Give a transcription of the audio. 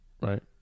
Right